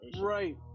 Right